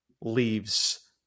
leaves